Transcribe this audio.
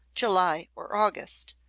july or august,